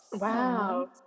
wow